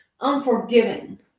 unforgiving